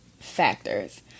factors